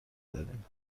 داریم